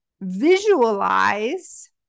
visualize